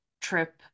trip